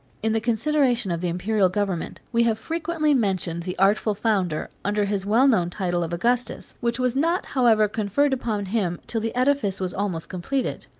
in the consideration of the imperial government, we have frequently mentioned the artful founder, under his well-known title of augustus, which was not, however, conferred upon him till the edifice was almost completed.